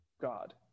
God